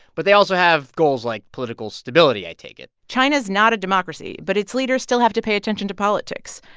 but they also have goals like political stability, i take it china's not a democracy, but its leaders still have to pay attention to politics.